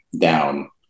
down